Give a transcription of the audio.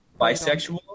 Bisexual